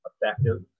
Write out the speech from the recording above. effective